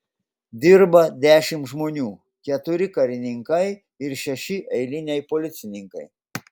dirba dešimt žmonių keturi karininkai ir šeši eiliniai policininkai